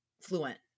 fluent